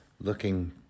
looking